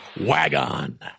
Wagon